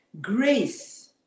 Grace